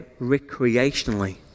recreationally